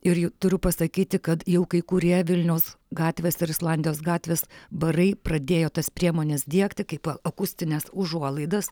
ir turiu pasakyti kad jau kai kurie vilniaus gatvės ar islandijos gatvės barai pradėjo tas priemones diegti kaip akustines užuolaidas